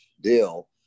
deal